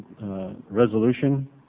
resolution